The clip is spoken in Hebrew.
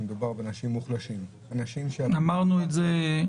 שמדובר באנשים מוחלשים -- אמרנו את זה.